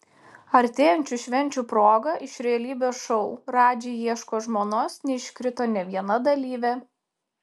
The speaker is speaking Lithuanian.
artėjančių švenčių proga iš realybės šou radži ieško žmonos neiškrito nė viena dalyvė